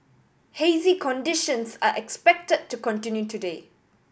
hazy conditions are expected to continue today